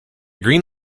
green